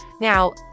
Now